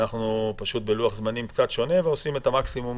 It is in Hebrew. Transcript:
אנחנו בלוח זמנים קצת שונה ועושים את המקסימום